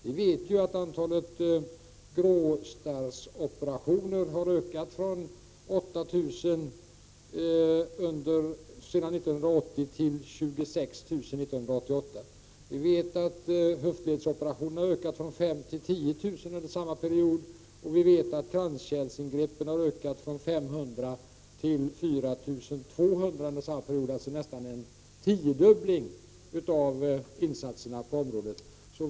Vi vet ju att antalet gråstarrsoperationer har ökat från 8 000 år 1980 till 26 000 år 1988. Höftledsoperationerna har ökat från 5 000 till 10 000 under samma period, och kranskärlsingreppen har ökat från 500 till 4 200 under perioden, vilket alltså nästan är en tiodubbling av insatserna på området.